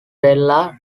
della